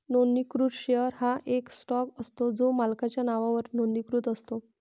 नोंदणीकृत शेअर हा एक स्टॉक असतो जो मालकाच्या नावावर नोंदणीकृत असतो